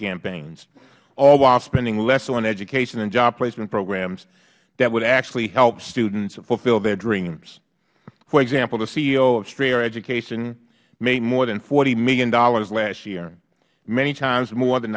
campaigns all while spending less on education and job placement programs that would actually help students fulfill their dreams for example the ceo of strayer education made more than forty dollars million last year many times more than